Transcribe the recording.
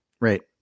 right